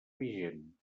vigent